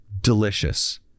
delicious